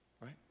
right